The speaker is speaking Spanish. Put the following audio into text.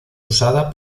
usada